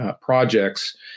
projects